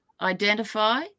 identify